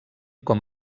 com